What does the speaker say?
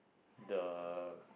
the